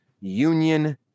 union